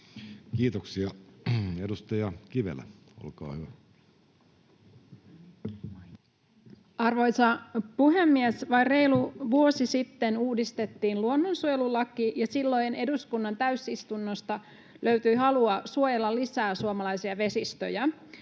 vuosikertomus 2023 Time: 14:16 Content: Arvoisa puhemies! Vain reilu vuosi sitten uudistettiin luonnonsuojelulaki, ja silloin eduskunnan täysistunnosta löytyi halua suojella lisää suomalaisia vesistöjä.